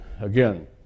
again